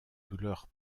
douleur